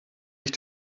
ich